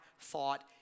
thought